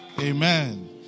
Amen